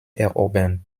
erobern